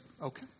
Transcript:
okay